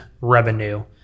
revenue